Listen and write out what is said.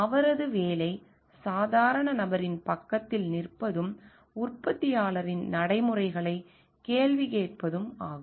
அவரது வேலை சாதாரண நபரின் பக்கத்தில் நிற்பதும் உற்பத்தியாளரின் நடைமுறைகளை கேள்வி கேட்பதும் ஆகும்